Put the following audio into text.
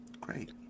Great